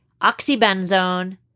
oxybenzone